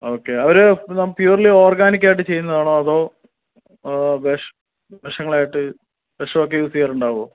okay അവർ purely organic ആയിട്ട് ചെയ്യുന്നതാണോ അതോ വിഷം വർഷങ്ങളായിട്ട് വിഷം ഒക്കെ യൂസ് ചെയ്യാറുണ്ടാവുമോ